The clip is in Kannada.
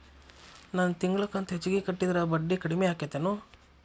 ನನ್ ತಿಂಗಳ ಕಂತ ಹೆಚ್ಚಿಗೆ ಕಟ್ಟಿದ್ರ ಬಡ್ಡಿ ಕಡಿಮಿ ಆಕ್ಕೆತೇನು?